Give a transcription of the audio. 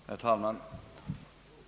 Herr talman!